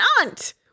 aunt